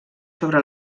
sobre